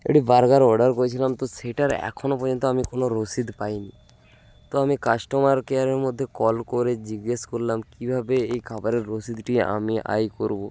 একটি burger order করেছিলাম তো সেটার এখনও পর্যন্ত আমি কোনো রশিদ পাইনি তো আমি কাস্টমার কেয়ারের মধ্যে কল করে জিজ্ঞেস করলাম কীভাবে এই খাবারের রশিদটি আমি আয় করবো